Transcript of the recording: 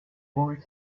boy